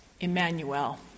Emmanuel